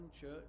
church